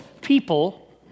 people